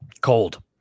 Cold